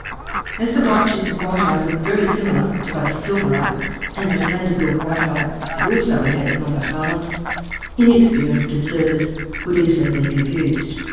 as the white-chested white-eye looked very similar to both the silvereye and the slendered-bill whiteye that also inhabits norfolk island inexperienced observers could easily be confused.